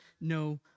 no